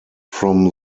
from